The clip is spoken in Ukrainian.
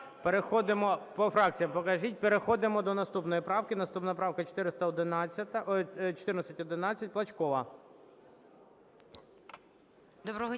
Переходимо до наступної правки. Наступна правка 1411, Плачкова.